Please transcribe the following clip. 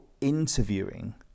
interviewing